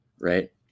right